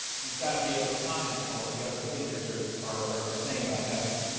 you've got to be able to comment on what the other thinkers are are are saying about testing.